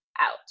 out